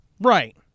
Right